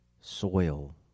soil